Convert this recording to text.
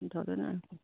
ধরে না কি